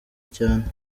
cyane